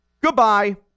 Goodbye